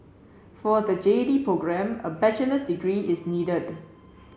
for the J D programme a bachelor's degree is needed